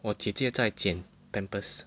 我姐姐在剪 pampers